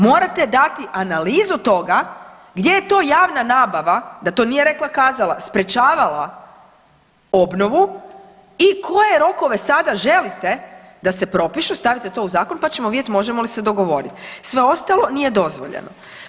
Morate dati analizu toga gdje je to javna nabava da to nije rekla kazala, sprječavala obnovu i koje rokove sada želite da se propišu, stavite to u zakon, pa ćemo vidjet možemo li se dogovorit, sve ostalo nije dozvoljeno.